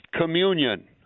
Communion